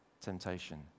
temptation